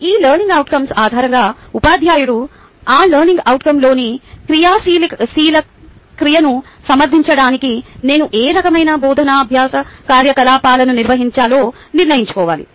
ఈ learning outcome ఆధారంగా ఉపాధ్యాయుడు ఆ లెర్నింగ్ అవుట్కంలోని క్రియాశీల క్రియను సమర్ధించడానికి నేను ఏ రకమైన బోధనా అభ్యాస కార్యకలాపాలను నిర్వహించాలో నిర్ణయించుకోవాలి